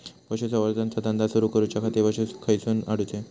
पशुसंवर्धन चा धंदा सुरू करूच्या खाती पशू खईसून हाडूचे?